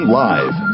live